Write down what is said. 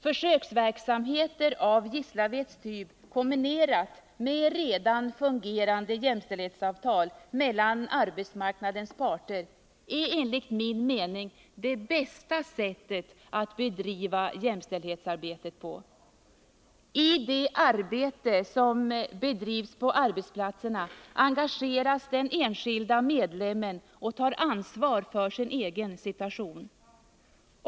Försöksverksamhet av Gislavedtyp kombinerat med redan fungerande jämställdhetsavtal mellan arbetsmarknadens parter är enligt min mening det bästa sättet att bedriva jämställdhetsarbetet på. I det arbete som bedrivs på arbetsplatserna engageras den enskilda medlemmen och tar ansvar för sin egen situation.